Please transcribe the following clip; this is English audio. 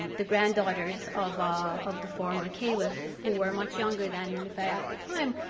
um the granddaughters of ah of the former caliph who were much younger than niloufer at the time.